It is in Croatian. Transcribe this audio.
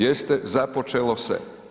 Jeste započelo se.